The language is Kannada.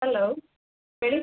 ಹಲೋ ಹೇಳಿ